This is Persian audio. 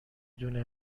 دونه